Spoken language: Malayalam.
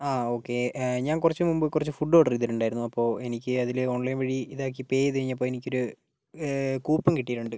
ആ ഓക്കേ ഞാൻ കുറച്ചു മുമ്പ് കുറച്ച് ഫുഡ് ഓർഡർ ചെയ്തിട്ടുണ്ടായിരുന്നു അപ്പോൾ എനിക്ക് അതില് ഓൺലൈൻ വഴി ഇതാക്കി പേ ചെയ്തു കഴിഞ്ഞപ്പോൾ എനിക്കൊരു കൂപ്പൺ കിട്ടിയിട്ടുണ്ട്